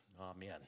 Amen